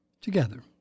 Together